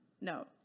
no